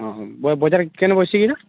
ହଁ ହଁ ବଜାରେ କେନ ବସଛେ କି ଇଟା